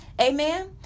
amen